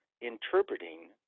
interpreting